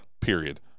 Period